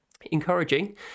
encouraging